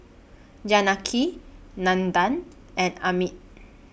Janaki Nandan and Amit